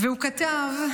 הוא כתב,